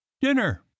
dinner